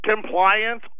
compliance